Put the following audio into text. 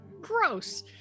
Gross